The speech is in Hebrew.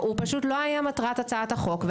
הוא פשוט לא היה מטרת הצעת החוק.